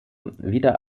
wieder